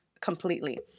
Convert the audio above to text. completely